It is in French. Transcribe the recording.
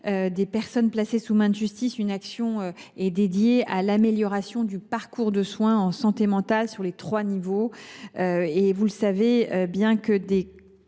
des personnes placées sous main de justice, une action est consacrée à « l’amélioration du parcours de soins en santé mentale sur […] trois niveaux ». Vous le savez, bien que la